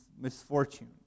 misfortune